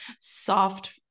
soft